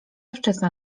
wczesna